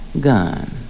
gun